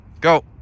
Go